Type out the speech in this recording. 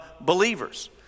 believers